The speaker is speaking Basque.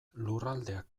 lurraldeak